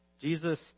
Jesus